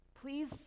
Please